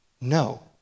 No